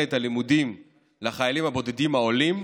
את הלימודים לחיילים הבודדים העולים,